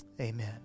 Amen